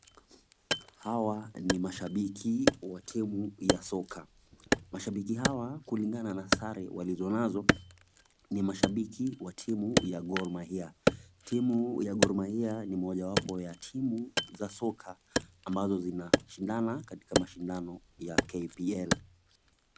Hawa ni mashabiki wa timu ya soka. Mashabiki hawa kulingana na sare walizo nazo ni mashabiki wa timu ya Gor Mahia. Timu ya Gor Mahia ni moja wapo ya timu za soka ambazo zinashindana katika mashindano ya KPL.